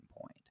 point